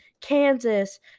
Kansas